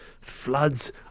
floods